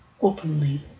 openly